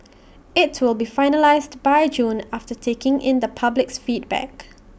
IT will be finalised by June after taking in the public's feedback